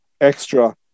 extra